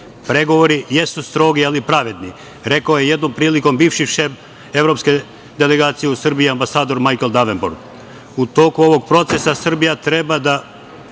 primene. Pregovori jesu strogi ali pravedni, rekao je jednom prilikom bivši šef evropske delegacije u Srbiji, ambasador Majkl Devenport. U toku ovog procesa Srbija treba da